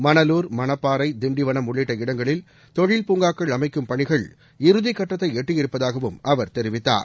மணலூர் மணப்பாறை தின்டிவனம் உள்ளிட்ட இடங்களில் தொழில் பூங்காக்கள் அமைக்கும் பணிகள் இறுதிக் கட்டத்தை எட்டியிருப்பதாகவும் அவர் தெரிவித்தார்